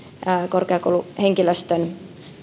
korkeakouluhenkilöstön